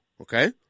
okay